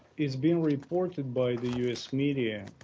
it's being reported by the u s. media,